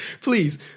please